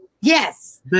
Yes